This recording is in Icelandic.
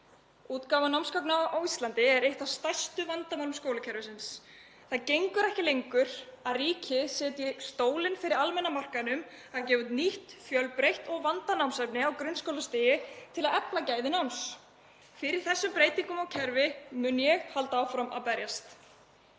Útgáfa námsgagna á Íslandi er eitt af stærstu vandamálum skólakerfisins. Það gengur ekki lengur að ríkið setji almenna markaðinum stólinn fyrir dyrnar um að gefa út nýtt, fjölbreytt og vandað námsefni á grunnskólastigi til að efla gæði náms. Fyrir þessum breytingum á kerfi mun ég halda áfram að berjast.